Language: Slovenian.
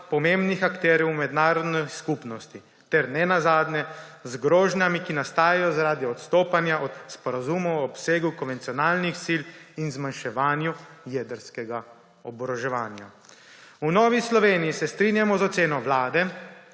pomembnih akterjev mednarodne skupnosti ter nenazadnje z grožnjami, ki nastajajo zaradi odstopanja od sporazumov o obsegu konvencionalnih sil in zmanjševanju jedrskega oboroževanja. V Novi Sloveniji se strinjamo z oceno Vlade,